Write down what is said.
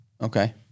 Okay